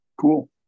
cool